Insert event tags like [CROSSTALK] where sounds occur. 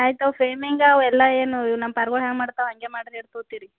ಆಯ್ತು ಅವು ಫೇಮಿಂಗ ಅವೆಲ್ಲ ಏನು ಇವು ನಮ್ಮ ಪರ್ವ ಹೆಂಗೆ ಮಾಡ್ತವೆ ಹಾಗೆ ಮಾಡಿರಿ [UNINTELLIGIBLE]